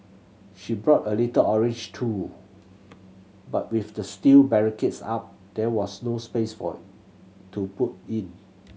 she brought a little orange tool but with the steel barricades up there was no space for to put it